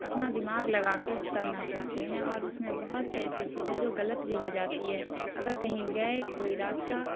اپنا دماغ لگا کے کرنا چاہتے ہیں اور اس میں بہت سے ایسے چیز ہے جو غلت بھی ہو جاتی ہے اگر کہیں گئے کوئی راستہ